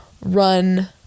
run